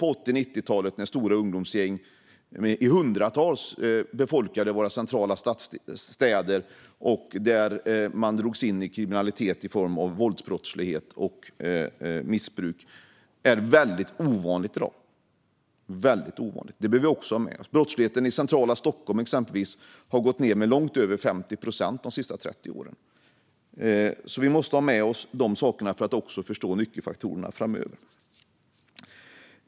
På 80 och 90-talet befolkade stora ungdomsgäng med hundratals ungdomar våra städers centrala delar, och de drogs in i kriminalitet i form av våldsbrottslighet och missbruk. Detta är väldigt ovanligt i dag. Det bör vi också ha med oss. Brottsligheten i exempelvis centrala Stockholm har gått ned med långt över 50 procent de senaste 30 åren. Vi måste ha med oss de sakerna för att också förstå nyckelfaktorerna framöver.